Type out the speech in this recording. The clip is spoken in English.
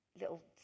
little